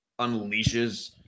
unleashes